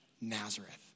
Nazareth